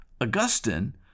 Augustine